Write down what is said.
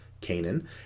Canaan